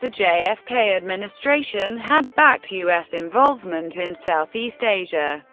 the jfk administration had backed u s. involvement in southeast asia